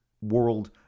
World